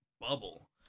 bubble